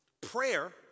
prayer